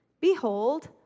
Behold